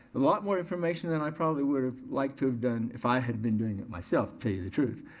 a lot more information than i probably would have liked to have done if i had been doing it myself, to tell you the truth.